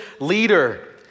leader